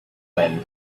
when